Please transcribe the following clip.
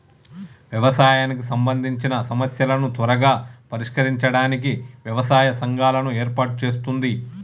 వ్యవసాయానికి సంబందిచిన సమస్యలను త్వరగా పరిష్కరించడానికి వ్యవసాయ సంఘాలను ఏర్పాటు చేస్తుంది